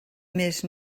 més